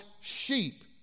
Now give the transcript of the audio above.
sheep